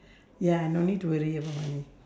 ya no need to worry about money